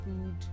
food